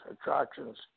attractions